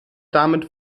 damit